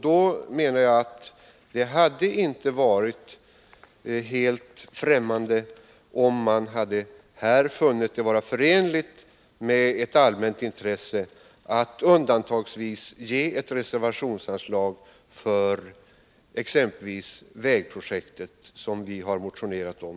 Det hade därför inte varit helt främmande om man hade funnit det vara förenligt med ett allmänt intresse att undantagsvis ge ett reservationsanslag till exempelvis det vägprojekt i Frostviken som vi har motionerat om.